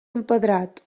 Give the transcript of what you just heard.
empedrat